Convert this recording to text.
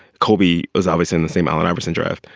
kobe was always in the same allen iverson draft.